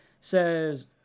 Says